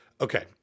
Okay